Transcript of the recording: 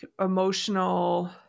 emotional